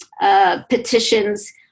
petitions